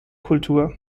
kultur